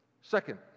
Second